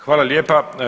Hvala lijepa.